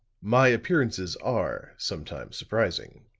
my appearances are sometimes surprising,